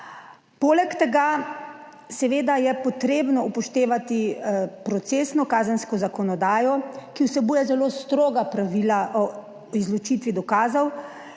Poleg tega seveda je potrebno upoštevati procesno kazensko zakonodajo, ki vsebuje zelo stroga pravila o izločitvi dokazov,